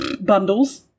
bundles